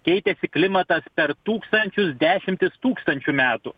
keitėsi klimatas per tūkstančius dešimtis tūkstančių metų